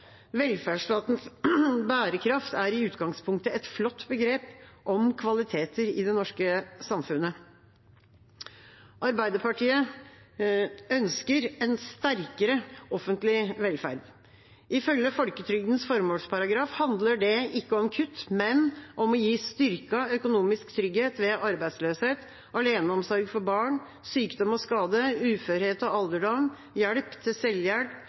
Velferdsstatens bærekraft er i utgangspunktet et flott begrep om kvaliteter i det norske samfunnet. Arbeiderpartiet ønsker en sterkere offentlig velferd. Ifølge folketrygdens formålsparagraf handler det ikke om kutt, men om å gi styrket økonomisk trygghet ved arbeidsløshet, aleneomsorg for barn, sykdom og skade, uførhet og alderdom, hjelp til selvhjelp